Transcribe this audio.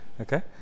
Okay